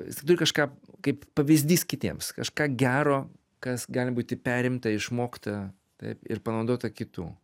jis turi kažką kaip pavyzdys kitiems kažką gero kas gali būti perimta išmokta taip ir panaudota kitų